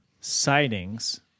sightings